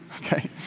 okay